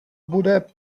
bude